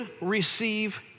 receive